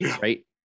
right